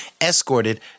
escorted